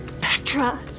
Petra